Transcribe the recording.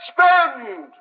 Spend